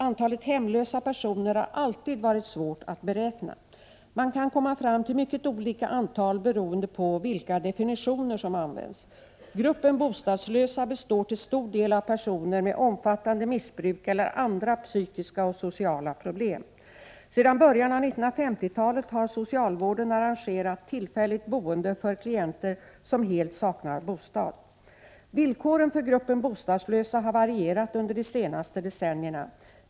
Antalet hemlösa personer har alltid varit svårt att beräkna. Man kan komma fram till mycket olika antal beroende på vilka definitioner som används. Gruppen bostadslösa består till stor del av personer med omfattande missbruk eller andra psykiska och sociala problem. Sedan början av 1950-talet har socialvården arrangerat tillfälligt boende för klienter som helt saknar bostad. Villkoren för gruppen bostadslösa har varierat under de senaste decennierna.